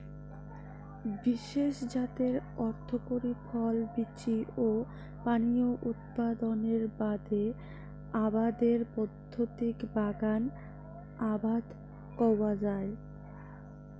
বিশেষ জাতের অর্থকরী ফল, বীচি ও পানীয় উৎপাদনের বাদে আবাদের পদ্ধতিক বাগান আবাদ কওয়া যায়